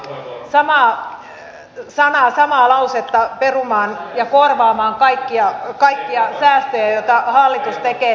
te tarjoatte tuota samaa sanaa samaa lausetta perumaan ja korvaamaan kaikkia säästöjä joita hallitus tekee